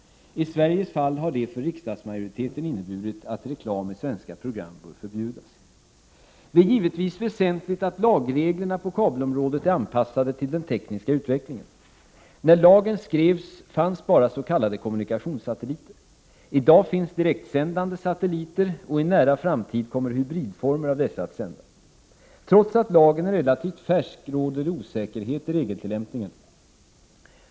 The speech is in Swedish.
I Sveriges fall har detta för riksdagsmajoriteten inneburit att reklam i svenska program bör förbjudas. Det är givetvis väsentligt att lagreglerna på kabelområdet är anpassade till den tekniska utvecklingen. När lagen skrevs fanns endast s.k. kommunikationssatelliter. I dag finns direktsändande satelliter och i en nära framtid kommer hybridformer av dessa att sända. Trots att lagen är relativt färsk råder det osäkerhet i regeltillämpningen.